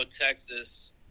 texas